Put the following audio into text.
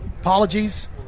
Apologies